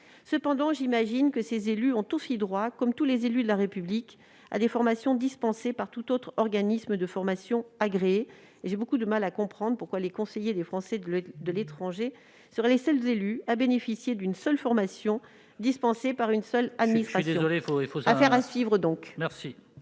Cependant, j'imagine que ces élus ont aussi droit, comme tous les élus de la République, à des formations dispensées par tout autre organisme de formation agréé. J'ai beaucoup de mal à comprendre pourquoi les conseillers des Français de l'étranger seraient les seuls élus à ne bénéficier que d'une seule formation, dispensée par une seule administration. Affaire à suivre, donc